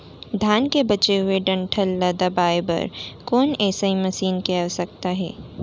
धान के बचे हुए डंठल ल दबाये बर कोन एसई मशीन के आवश्यकता हे?